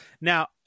Now